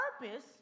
purpose